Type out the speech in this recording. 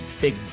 big